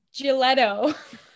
Giletto